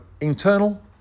internal